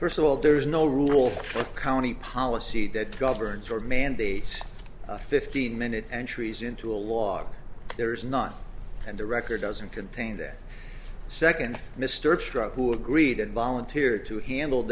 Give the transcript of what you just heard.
first of all there is no rule a county policy that governs or mandates a fifteen minute entries into a log there is not and the record doesn't contain that second mr trump who agreed and volunteered to handle